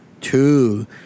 two